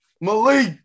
Malik